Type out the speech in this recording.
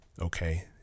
okay